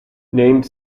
named